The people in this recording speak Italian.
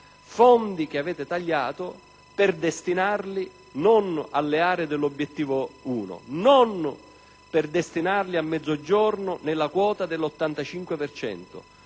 fondi che avete tagliato per destinarli non alle aree dell'Obiettivo 1, non al Mezzogiorno nella quota dell'85